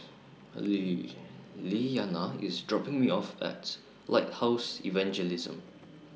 Lee Lilyana IS dropping Me off At Lighthouse Evangelism